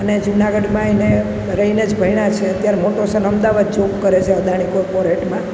અને જુનાગઢમાં એને રહીને જ ભણ્યા છે અત્યારે મોટો સન અમદાવાદ જોબ કરે છે અદાણી કોર્પોરેટમાં